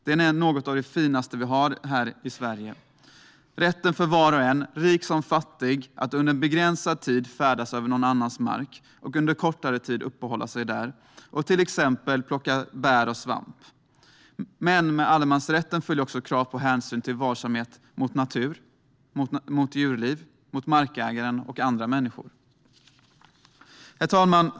Den är något av det finaste vi har här i Sverige: rätten för var och en, rik som fattig, att under begränsad tid färdas över annans mark och under kortare tid uppehålla sig där och till exempel plocka bär och svamp. Men med allemansrätten följer också krav på varsamhet gentemot natur och djurliv samt mot markägaren och andra människor.